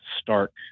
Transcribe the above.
stark